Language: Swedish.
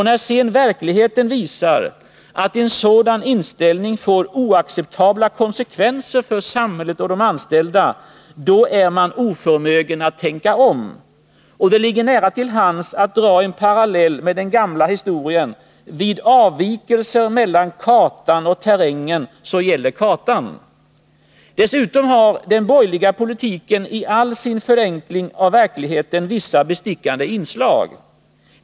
När sedan verkligheten visar att en sådan inställning får oacceptabla konsekvenser för samhället och de anställda, då är man oförmögen att tänka om. Det ligger nära till hands att dra en parallell med den gamla historien: Vid avvikelser mellan kartan och terrängen gäller kartan. Dessutom har den borgerliga politiken i all sin förenkling av verkligheten vissa bestickande inslag.